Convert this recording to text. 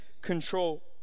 control